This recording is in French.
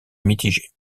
mitigé